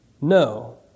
No